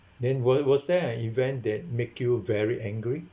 then why was there an event that make you very angry